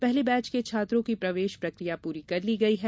पहले बैच के छात्रों की प्रवेश प्रकिया पूरी कर ली गई है